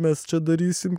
mes čia darysime